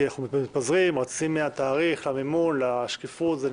כי אנחנו מתפזרים רצים מהתאריך למימון ולשקיפות.